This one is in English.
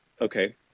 okay